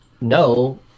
No